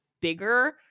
bigger